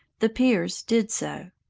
the peers did so.